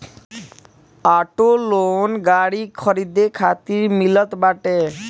auto loan गाड़ी खरीदे खातिर मिलत बाटे